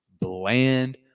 bland